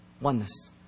Oneness